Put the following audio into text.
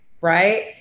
Right